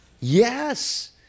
Yes